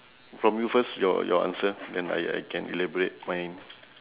from you first your your answer then I I can elaborate mine